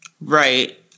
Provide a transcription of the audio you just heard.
Right